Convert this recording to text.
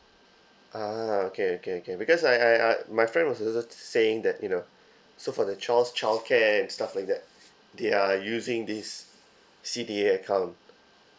ah okay okay okay because I I uh my friend was also saying that you know so for the child's childcare and stuff like that they are using this C_D_A account